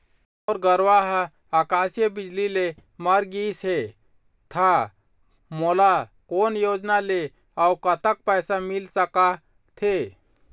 मोर गरवा हा आकसीय बिजली ले मर गिस हे था मोला कोन योजना ले अऊ कतक पैसा मिल सका थे?